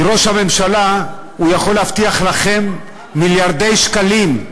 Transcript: ראש הממשלה יכול להבטיח לכם מיליארדי שקלים,